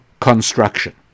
Construction